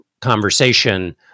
conversation